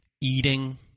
eating